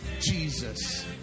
Jesus